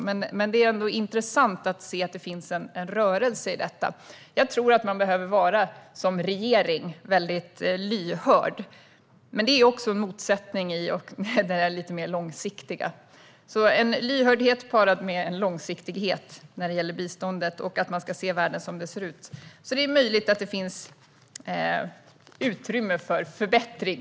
Men det är ändå intressant att se att det finns en rörelse i detta. Jag tror att man som regering behöver vara väldigt lyhörd. Men det är en motsättning i det lite mer långsiktiga. Det behövs lyhördhet parad med långsiktighet när det gäller biståndet och att man ser världen som den ser ut. Det är möjligt att det finns utrymme för förbättring.